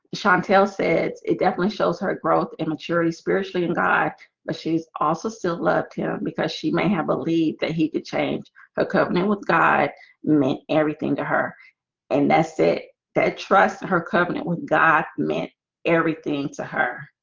chantal said it definitely shows her growth and maturity spiritually in god but she's also still loved him because she may have a lead that he could change her coping with god meant everything to her and that's it that trusts her covenant with god meant everything to her